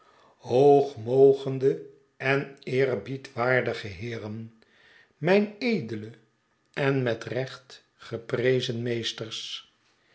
zeide hoogmogende en eerhiedwaarde heeren mijn eedle en met recht geprezen meesters